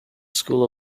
school